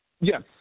Yes